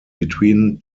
between